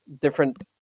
different